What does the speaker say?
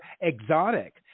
exotic